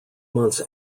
months